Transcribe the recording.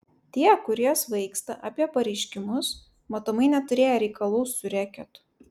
tie kurie svaigsta apie pareiškimus matomai neturėję reikalų su reketu